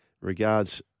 regards